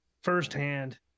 firsthand